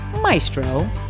Maestro